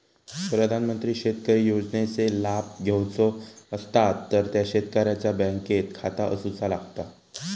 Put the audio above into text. प्रधानमंत्री शेतकरी योजनेचे लाभ घेवचो असतात तर त्या शेतकऱ्याचा बँकेत खाता असूचा लागता